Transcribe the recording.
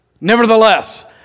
Nevertheless